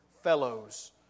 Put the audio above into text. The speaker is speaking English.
fellows